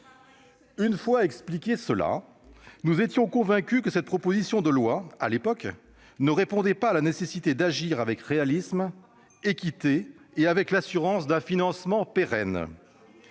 Et avec quel succès ! Nous étions convaincus que cette proposition de loi, à l'époque, ne répondait pas à la nécessité d'agir avec réalisme, équité et l'assurance d'un financement pérenne.